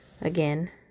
again